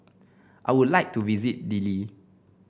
I would like to visit Dili